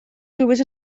glywed